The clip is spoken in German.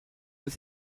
des